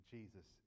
Jesus